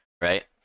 right